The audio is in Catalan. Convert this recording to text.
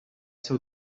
seu